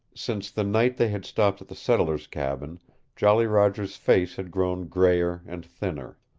since the night they had stopped at the settler's cabin jolly roger's face had grown grayer and thinner.